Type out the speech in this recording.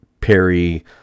perry